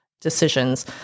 decisions